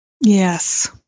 Yes